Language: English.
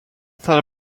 thought